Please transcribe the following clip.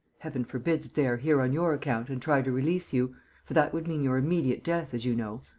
heaven forbid that they are here on your account and try to release you for that would mean your immediate death, as you know.